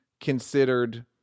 considered